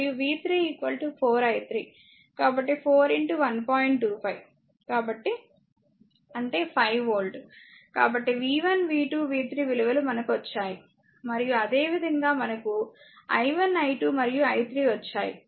కాబట్టి అంటే 5 వోల్ట్ కాబట్టి v1 v2 v3 విలువలు మనకు వచ్చాయి మరియు అదేవిధంగా మనకు i1 i2 మరియు i3 వచ్చాయి